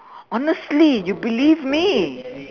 honestly you believe me